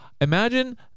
imagine